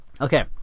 okay